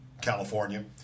California